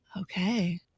Okay